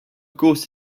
course